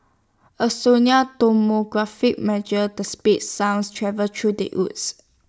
A sonic tomography measures the speed sounds travels through the Woods